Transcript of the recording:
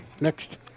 Next